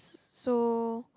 so